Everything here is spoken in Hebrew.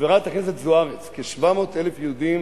חברת הכנסת זוארץ, כ-700,000 יהודים